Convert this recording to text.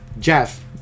Jeff